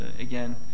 again